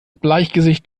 bleichgesicht